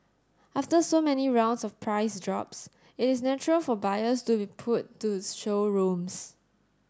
after so many rounds of price drops it is natural for buyers to be pulled to showrooms